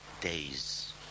days